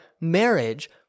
marriage